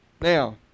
Now